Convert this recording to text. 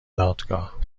دادگاه